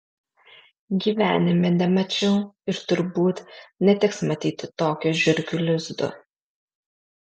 gyvenime nemačiau ir turbūt neteks matyti tokio žiurkių lizdo